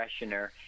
freshener